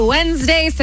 Wednesday